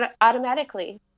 automatically